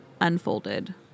unfolded